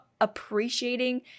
appreciating